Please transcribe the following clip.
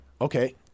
Okay